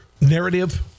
narrative